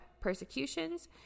persecutions